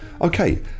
Okay